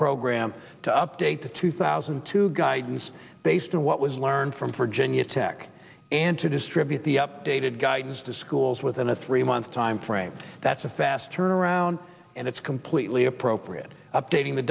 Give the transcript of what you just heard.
program to update the two thousand and two guidance based on what was learned from virginia tech and to distribute the updated guidance to schools within a three month timeframe that's a fast turnaround and it's completely appropriate updating the